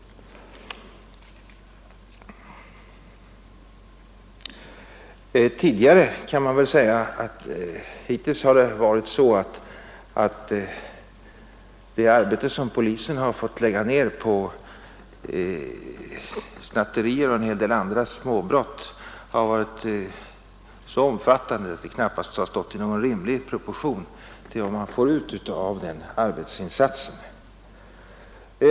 Det arbete som polisen tidigare har fått lägga ned på snatterier och en hel del andra småbrott har varit så omfattande att det knappast torde ha stått i någon rimlig proportion till vad den fått ut av detta.